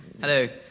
Hello